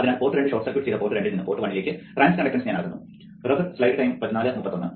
അതിനാൽ പോർട്ട് രണ്ട് short circuit ചെയ്ത് പോർട്ട് രണ്ടിൽ നിന്ന് പോർട്ട് 1ലേക്ക് ട്രാൻസ് കണ്ടണ്ടൻസ് ഞാൻ അളക്കുന്നു